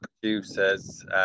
producers